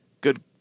Good